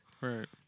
Right